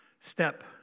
step